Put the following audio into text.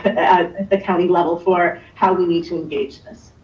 at the county level for how we need to engage this.